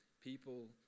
people